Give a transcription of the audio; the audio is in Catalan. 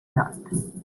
nord